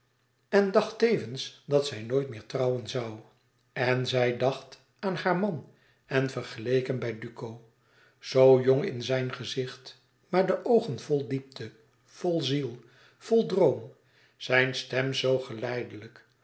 en dacht tevens dat zij nooit meer trouwen zoû en zij dacht aan haar man en vergeleek hem bij duco zoo jong in zijn gezicht maar de oogen vol diepte vol ziel vol droom zijn stem zoo geleidelijk